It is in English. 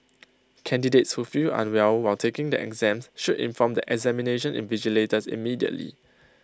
candidates who feel unwell while taking the exams should inform the examination invigilators immediately